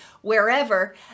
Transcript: wherever